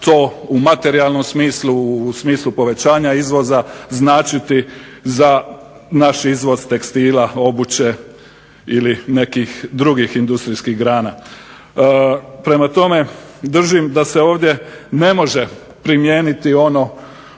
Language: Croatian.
to u materijalnom smislu, u smislu povećanja izvoza značiti za naš izvoz tekstila, obuće ili nekih drugih industrijskih grana. Prema tome, držim da se ovdje ne može primijeniti ona